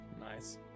nice